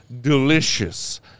delicious